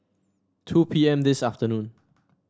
two P M this afternoon